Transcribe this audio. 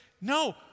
no